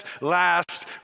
last